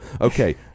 Okay